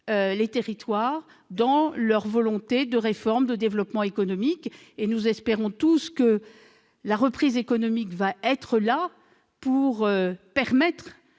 les territoires dans leur volonté de réforme et de développement économique. Nous espérons tous que la reprise économique permettra